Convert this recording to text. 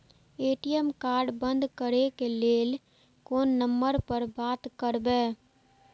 ATM card बंद करे के लेल कोन नंबर पर बात करबे?